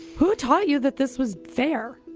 who taught you that this was fair?